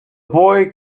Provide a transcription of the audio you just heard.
boy